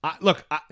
Look